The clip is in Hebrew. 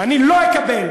ואני לא אקבל,